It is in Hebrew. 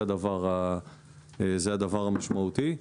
זה הדבר המשמעותי.